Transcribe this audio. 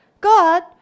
God